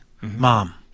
mom